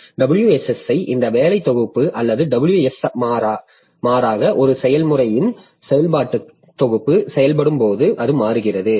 WSSi இந்த வேலை தொகுப்பு அல்லது WS மாறாக ஒரு செயல்முறையின் செயல்பாட்டு தொகுப்பு செயல்படும் போது அது மாறுகிறது